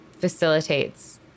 facilitates